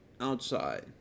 outside